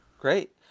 great